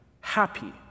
Happy